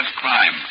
crime